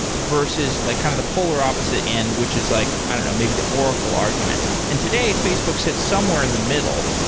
versus like kind of the polar opposite end, which is like i don't know, maybe the oracle argument. and today, facebook sits somewhere in the middle.